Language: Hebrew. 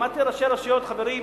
אמרתי לראשי הרשויות: חברים,